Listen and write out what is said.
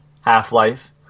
Half-Life